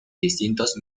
distintos